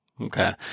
Okay